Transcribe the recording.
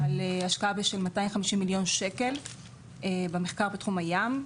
על השקעה של 250 מיליון שקל במחקר בתחום הים.